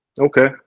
Okay